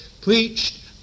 preached